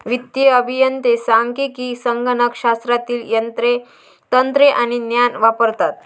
वित्तीय अभियंते सांख्यिकी, संगणक शास्त्रातील तंत्रे आणि ज्ञान वापरतात